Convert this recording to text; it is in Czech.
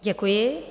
Děkuji.